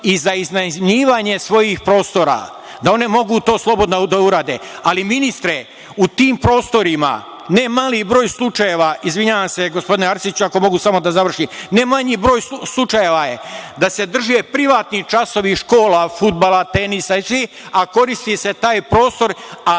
i za iznajmljivanje svojih prostora, da one mogu to slobodno da urade. Ali, ministre, u tim prostorima, ne mali broj slučajeva, izvinjavam se gospodine Arsiću, ako mogu samo da završim, ne manji broj slučajeva je da se drži privatni časovi škola fudbala, tenisa, a koristi se taj prostor, a